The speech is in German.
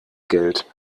geld